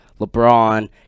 LeBron